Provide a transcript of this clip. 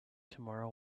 tomorrow